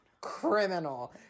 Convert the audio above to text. Criminal